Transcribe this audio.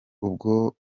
ubwo